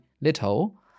little